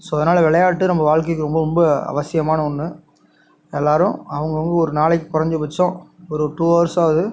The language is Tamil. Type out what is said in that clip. ஸோ அதனால் விளையாட்டு நம்ம வாழ்க்கைக்கு ரொம்ப ரொம்ப அவசியமான ஒன்று எல்லோரும் அவுங்கவங்க ஒரு நாளைக்கு கொறைஞ்சபட்சம் ஒரு டூ அவர்ஸாவது